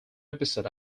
episode